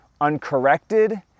uncorrected